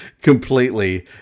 completely